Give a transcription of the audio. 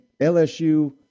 LSU